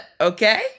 okay